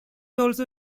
also